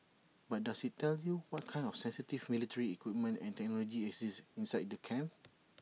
but does IT tell you what kind of sensitive military equipment and technology exist inside the camps